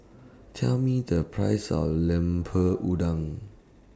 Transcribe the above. Tell Me The Price of Lemper Udang